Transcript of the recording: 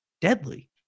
deadly